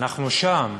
אנחנו שם.